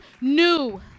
new